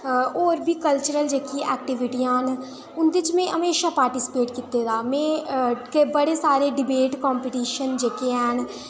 होर बी जेह्की कल्चरल एक्टीविटी आं न उं'दे च में हमेशा पार्टीस्पेट कीते दा में बड़े सारे डिबेट कंपीटिशन जेह्के हैन